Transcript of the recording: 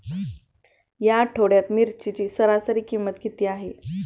या आठवड्यात मिरचीची सरासरी किंमत किती आहे?